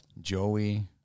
Joey